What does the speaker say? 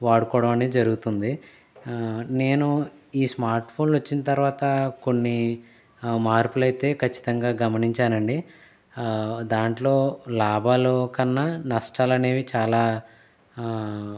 వాడుకోవడం అనేది జరుగుతుంది నేను ఈ స్మార్ట్ ఫోన్ వచ్చిన తర్వాత కొన్ని మార్పులైతే ఖచ్చితంగా గమనించానండి దాంట్లో లాభాలు కన్నా నష్టాలనేవి చాలా